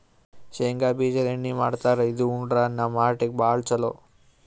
ಶೇಂಗಾ ಬಿಜಾದು ಎಣ್ಣಿ ಮಾಡ್ತಾರ್ ಇದು ಉಂಡ್ರ ನಮ್ ಹಾರ್ಟಿಗ್ ಭಾಳ್ ಛಲೋ